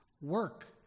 Work